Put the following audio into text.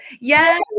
Yes